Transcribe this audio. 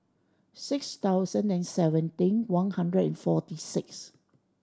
six thousand and seventeen one hundred and forty six